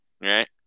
Right